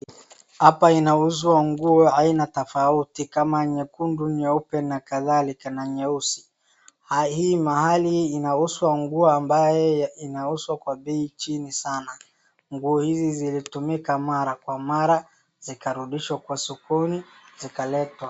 Hapa inauzwa nguo aina tofauti kama nyekundu, nyeupe na kadhalika na nyeusi. Hii mahali inauzwa nguo ambaye inauzwa kwa bei chini sana, nguo hizi zilitumika mara kwa mara, zikarudishwa kwa sokoni, zikaletwa.